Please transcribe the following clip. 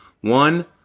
One